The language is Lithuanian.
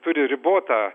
turi ribotą